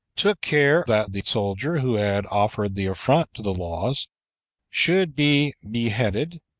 took care that the soldier who had offered the affront to the laws should be beheaded,